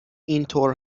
اینطور